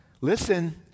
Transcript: listen